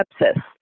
sepsis